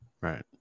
Right